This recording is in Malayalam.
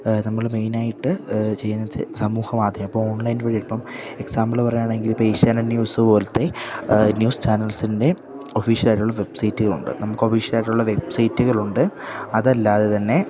നമ്മള് മെയിനായിട്ട് ചെയ്യുന്നതെന്ന് വെച്ചാല് സമൂഹമാധ്യമം ഇപ്പോള് ഓൺലൈൻ വഴി ഇപ്പം എക്സാമ്പിള് പറയുകയാണെങ്കില് ഇപ്പോള് ഏഷ്യാനെറ്റ് ന്യൂസ് പോലത്തെ ന്യൂസ് ചാനൽസിൻ്റെ ഒഫിഷ്യലായിട്ടുള്ള വെബ്സൈറ്റുകളുണ്ട് നമുക്ക് ഒഫിഷ്യലായിട്ടുള്ള വെബ്സൈറ്റുകളുണ്ട് അതല്ലാതെ തന്നെ